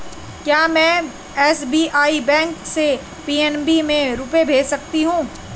क्या में एस.बी.आई बैंक से पी.एन.बी में रुपये भेज सकती हूँ?